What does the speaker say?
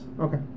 Okay